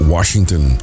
Washington